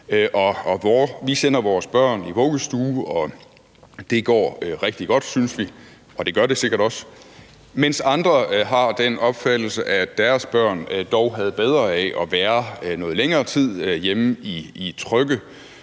vi sender vores børn i vuggestue, og det går rigtig godt, synes vi, og det gør det sikkert også. Mens andre har den opfattelse, at deres børn dog havde bedre af at være noget længere tid hjemme i trygge